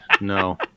no